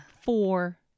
Four